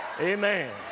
amen